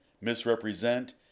misrepresent